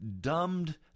dumbed